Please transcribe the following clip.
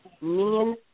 men